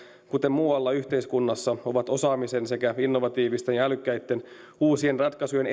muualla yhteiskunnassa ovat osaamisen sekä innovatiivisten ja älykkäitten uusien ratkaisujen